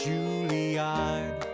Juilliard